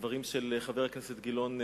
הדברים של חבר הכנסת גילאון,